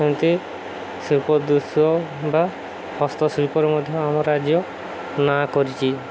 ସେମିତି ଶିଳ୍ପ ଦୃଶ୍ୟ ବା ହସ୍ତଶିଳ୍ପରେ ମଧ୍ୟ ଆମ ରାଜ୍ୟ ନାଁ କରିଛି